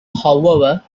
however